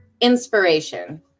inspiration